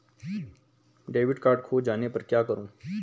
Debit card खो जाने पर क्या करूँ?